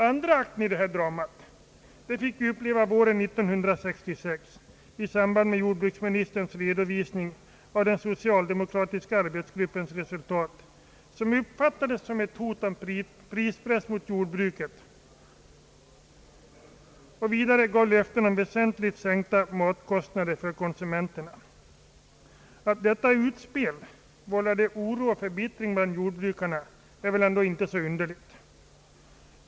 Andra akten i dramat fick vi uppleva våren 1966 i samband med jordbruksministerns redovisning av den socialdemokratiska arbetsgruppens resultat, som uppfattades såsom ett hot om prispress mot jordbruket och gav löften om väsentligt sänkta matkostnader för konsumenterna. Att detta utspel vållade oro och förbittring bland jordbrukarna är väl inte så underligt.